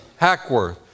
Hackworth